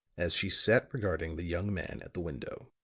as she sat regarding the young man at the window.